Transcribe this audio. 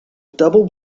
double